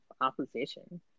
opposition